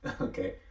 Okay